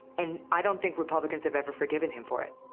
and i don't think republicans have ever forgiven him for it.